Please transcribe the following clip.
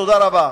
תודה רבה.